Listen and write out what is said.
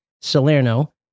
Salerno